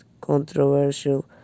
controversial